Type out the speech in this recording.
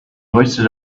hoisted